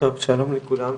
שלום לכולם.